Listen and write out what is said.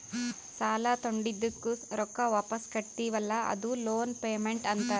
ಸಾಲಾ ತೊಂಡಿದ್ದುಕ್ ರೊಕ್ಕಾ ವಾಪಿಸ್ ಕಟ್ಟತಿವಿ ಅಲ್ಲಾ ಅದೂ ಲೋನ್ ಪೇಮೆಂಟ್ ಅಂತಾರ್